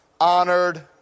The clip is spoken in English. honored